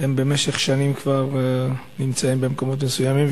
הם במשך שנים כבר נמצאים במקומות מסוימים.